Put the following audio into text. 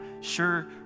sure